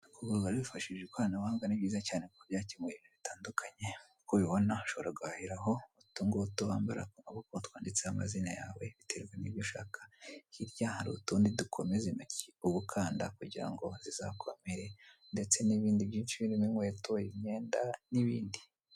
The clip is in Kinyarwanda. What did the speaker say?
Guhaha wifashishije ikoranabuhanga biba byiza cyane kuko byakemuye ibintu bitandukanye , nkuko ubibona ushobora guhahiraho utu ngutu wambara ku maboko twanditseho amazina yawe , hirya hari n'utundi dukomeza intoki uba ukanda kugira ngo intoki zawe zizakomere ndetse n'ibindi byinshi birmo inkweto imyenda n'ibindi.